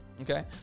Okay